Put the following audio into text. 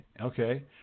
okay